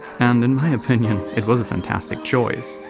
and, in my opinion, it was a fantastic choice.